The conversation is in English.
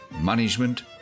management